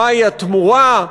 מהי התמורה?